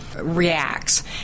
reacts